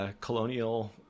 colonial